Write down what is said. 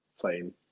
playing